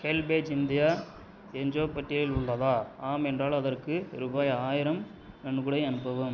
HelpAge India NGO பட்டியலில் உள்ளதா ஆம் என்றால் அதற்கு ரூபாய் ஆயிரம் நன்கொடை அனுப்பவும்